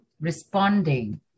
responding